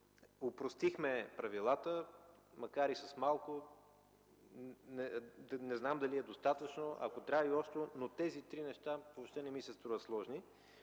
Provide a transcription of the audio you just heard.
Опростихме правилата, макар и с малко. Не знам дали е достатъчно, ако трябва и още ще ги опростим, не тези три неща въобще не ми се виждат сложни.